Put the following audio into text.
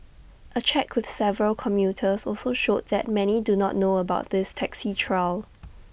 A check with several commuters also showed that many do not know about this taxi trial